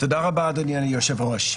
תודה רבה, אדוני היושב-ראש,